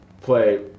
play